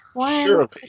surely